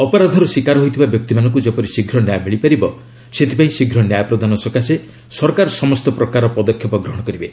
ଅପରାଧର ଶିକାର ହୋଇଥିବା ବ୍ୟକ୍ତିମାନଙ୍କୁ ଯେପରି ଶୀଘ୍ର ନ୍ୟାୟ ମିଳିପାରିବ ସେଥିପାଇଁ ଶୀଘ୍ର ନ୍ୟାୟ ପ୍ରଦାନ ସକାଶେ ସରକାର ସମସ୍ତ ପ୍ରକାର ପଦକ୍ଷେପ ଗ୍ରହଣ କରିବେ